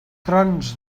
trons